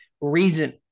reason